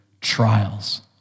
trials